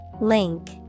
Link